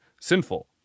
sinful